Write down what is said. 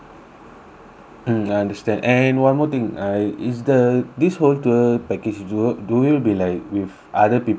mm understand and one more thing uh is the this whole tour package do we do we'll be like with other people also